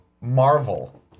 marvel